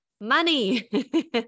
money